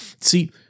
See